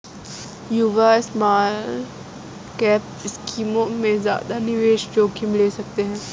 युवा स्मॉलकैप स्कीमों में ज्यादा निवेश जोखिम ले सकते हैं